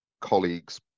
colleagues